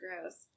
gross